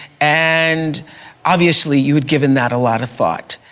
and obviously, you had given that a lot of thought.